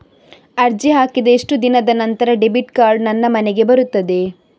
ಅರ್ಜಿ ಹಾಕಿದ ಎಷ್ಟು ದಿನದ ನಂತರ ಡೆಬಿಟ್ ಕಾರ್ಡ್ ನನ್ನ ಮನೆಗೆ ಬರುತ್ತದೆ?